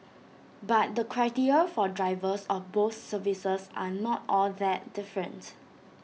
but the criteria for drivers of both services are not all that different